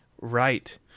Right